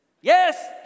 Yes